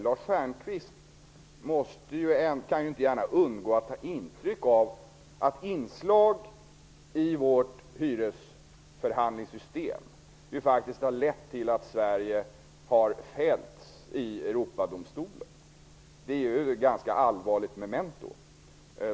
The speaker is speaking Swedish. Lars Stjernkvist kan ju inte gärna undgå att ta intryck av att inslag i vårt hyresförhandlingssystem faktisk har lett till att Sverige har fällts i Europadomstolen. Det är ett ganska allvarligt memento.